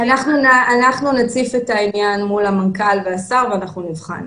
אנחנו נציף את העניין מול המנכ"ל והשר ואנחנו נבחן.